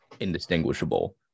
indistinguishable